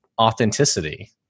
authenticity